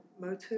motive